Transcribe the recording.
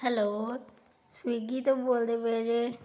hello Swiggy ਤੋਂ ਬੋਲਦੇ ਪਏ ਜੇ